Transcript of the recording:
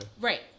Right